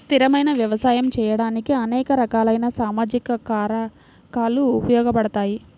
స్థిరమైన వ్యవసాయం చేయడానికి అనేక రకాలైన సామాజిక కారకాలు ఉపయోగపడతాయి